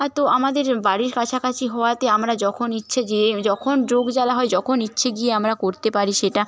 আর তো আমাদের বাড়ির কাছাকাছি হওয়াতে আমরা যখন ইচ্ছে যেয়ে যখন রোগ জ্বালা হয় যখন ইচ্ছে গিয়ে আমরা করতে পারি সেটা